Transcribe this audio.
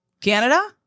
canada